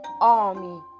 army